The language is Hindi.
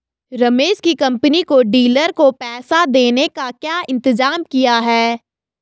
रमेश की कंपनी में डीलर को पैसा देने का क्या इंतजाम किया है?